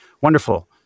Wonderful